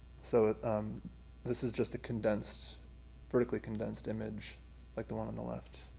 so this is just a condensed vertically condensed image like the one on the left.